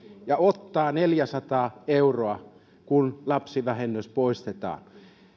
ja ottaa neljäsataa euroa kun lapsivähennys poistetaan